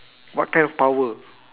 what kind of power